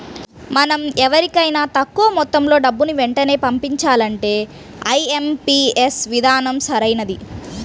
మనం వేరెవరికైనా తక్కువ మొత్తంలో డబ్బుని వెంటనే పంపించాలంటే ఐ.ఎం.పీ.యస్ విధానం సరైనది